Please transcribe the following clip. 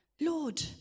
Lord